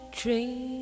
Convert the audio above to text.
train